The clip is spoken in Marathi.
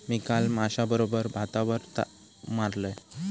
मी काल माश्याबरोबर भातावर ताव मारलंय